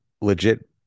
legit